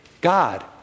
God